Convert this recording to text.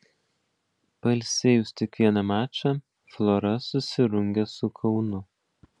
pailsėjus tik vieną mačą flora susirungia su kaunu